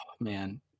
man